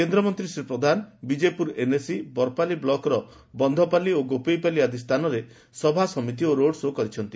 କେନ୍ଦ୍ରମନ୍ତୀ ଶ୍ରୀ ପ୍ରଧାନ ବିଜେପୁର ଏନ୍ଏସି ବରପାଲି ବ୍ଳକ୍ର ବନ୍ଧପାଲି ଏବଂ ଗୋପେଇପାଲି ଆଦି ସ୍ରାନରେ ସଭାସମିତି ଓ ରୋଡ୍ ଶୋ' କରିଛନ୍ତି